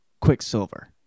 Quicksilver